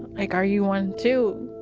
like, are you one too?